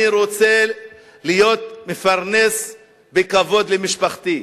אני רוצה להיות מפרנס בכבוד למשפחתי,